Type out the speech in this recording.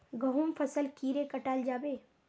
गहुम फसल कीड़े कटाल जाबे?